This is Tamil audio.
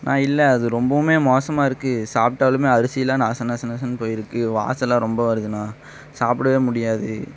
அண்ணா இல்லை அது ரொம்பவும் மோசமாக இருக்குது சாப்பிடாலுமே அரிசியெலாம் நச நச நசன்னு போயிருக்குது வாசோம்லாம் ரொம்ப வருதுண்ணா சாப்பிடவே முடியாது